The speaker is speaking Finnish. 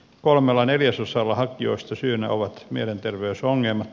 kolmella neljäsosalla hakijoista syynä ovat mielenterveysongelmat